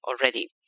already